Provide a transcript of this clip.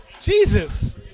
Jesus